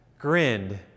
grinned